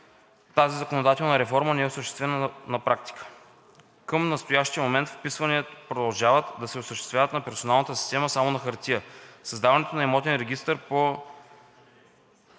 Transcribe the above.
тази законодателна реформа не е осъществена на практика. Към настоящия момент вписванията продължават да се осъществяват по персоналната система само на хартия. Създаването на имотен регистър по